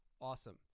Awesome